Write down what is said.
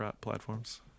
platforms